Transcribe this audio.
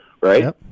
right